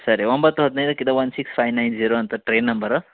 ಸರಿ ಒಂಬತ್ತು ಹದಿನೈದಕ್ಕಿದೆ one six five nine zero ಅಂತ ಟ್ರೈನ್ ನಂಬರು